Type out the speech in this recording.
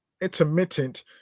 intermittent